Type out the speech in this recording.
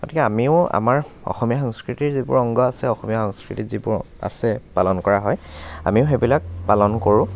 গতিকে আমিও আমাৰ অসমীয়া সংস্কৃতিৰ যিবোৰ অংগ আছে অসমীয়া সংস্কৃতিত যিবোৰ আছে পালন কৰা হয় আমিও সেইবিলাক পালন কৰোঁ